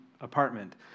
apartment